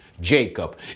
Jacob